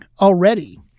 already